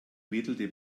wedelte